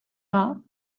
pas